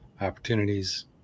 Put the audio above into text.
opportunities